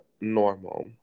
normal